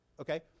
Okay